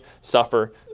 suffer